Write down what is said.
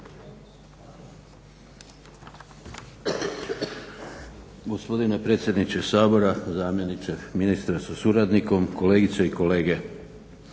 Hvala vam